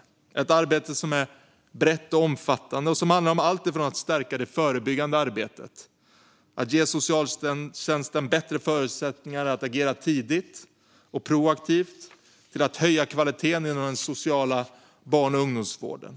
Det är ett arbete som är brett och omfattade och som handlar om alltifrån att stärka det förebyggande arbetet och att ge socialtjänsten bättre förutsättningar att agera tidigt och proaktivt till att höja kvaliteten inom den sociala barn och ungdomsvården.